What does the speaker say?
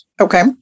okay